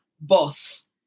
boss